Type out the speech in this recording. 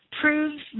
proves